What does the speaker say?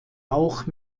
auch